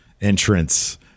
entrance